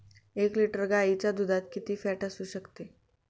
एक लिटर गाईच्या दुधात किती फॅट असू शकते?